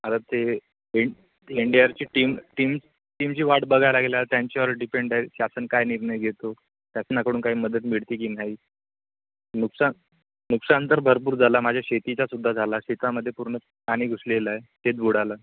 आता ते N N D आरची टीम टीम टीमची वाट बघाय लागेल त्यांच्यावर डिपेंड आहे शासन काय निर्णय घेतो शासनाकडून काही मदत मिळते की नाही नुकसान नुकसान तर भरपूर झाला माझ्या शेतीचा सुद्धा झाला शेतामध्ये पूर्ण पाणी घुसलेला आहे शेत बुडालं